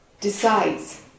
decides